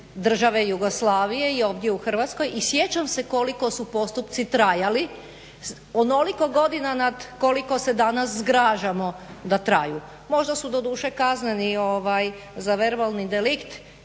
države Jugoslavije i ovdje u Hrvatskoj i sjećam se koliko su postupci trajali. Onoliko godina nad koliko se danas zgražamo da traju. Možda su doduše kazneni za verbalni delikt